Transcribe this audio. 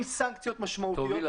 עם סנקציות משמעותיות למשרדים --- תוביל.